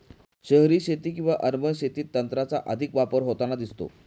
शहरी शेती किंवा अर्बन शेतीत तंत्राचा अधिक वापर होताना दिसतो